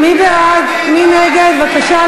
אם תכתוב